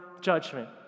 judgment